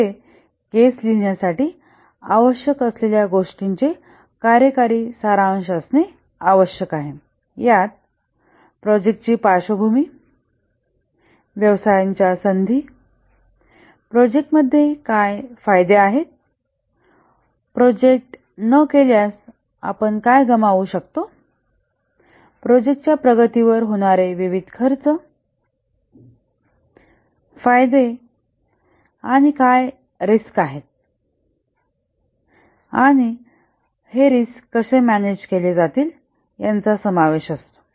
येथे केस लिहिण्यासाठी आवश्यक असलेल्या गोष्टींचे कार्यकारी सारांश असणे आवश्यक आहे यात प्रोजेक्टची पार्श्वभूमी व्यवसायाच्या संधी प्रोजेक्ट मध्ये काय फायदे आहेत प्रोजेक्ट न केल्यास आपण काय गमावू शकतो प्रोजेक्ट च्या प्रगतीवर होणारे विविध खर्च फायदे आणि काय रिस्क आहेत आणि रिस्क कसे मॅनेज केले जातील यांचा समावेश असतो